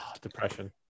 Depression